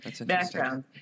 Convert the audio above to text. background